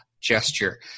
gesture